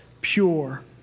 pure